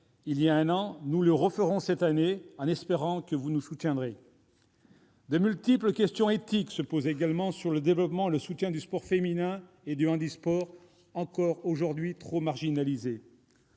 il y a un an ; nous le referons cette année, en espérant que vous nous soutiendrez. De multiples questions éthiques se posent également sur le développement et le soutien du sport féminin et du handisport, encore aujourd'hui trop marginalisés.